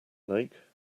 lake